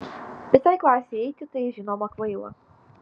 visai klasei eiti tai žinoma kvaila